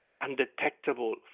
undetectable